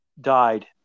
died